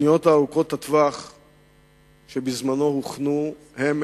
התוכניות ארוכות הטווח שהוכנו בזמנו הן